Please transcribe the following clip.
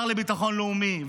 שר לביטחון לאומי,